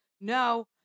no